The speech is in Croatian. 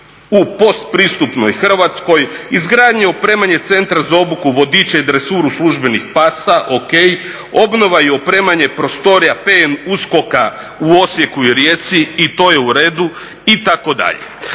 u postpristupnoj Hrvatskoj, izgradnji i opremanje Centra za obuku vodiča i dresuru službenih pasa, o.k. Obnova i opremanje prostorija PN USKOK-a u Osijeku i Rijeci i to je u redu itd.